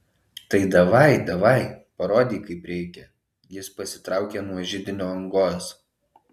tai davaj davaj parodyk kaip reikia jis pasitraukė nuo židinio angos